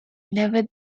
never